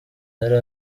yari